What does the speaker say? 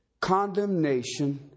condemnation